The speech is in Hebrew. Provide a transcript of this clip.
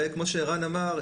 כמו שערן אמר,